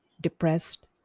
depressed